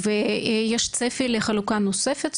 ויש צפי לחלוקה נוספת?